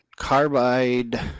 Carbide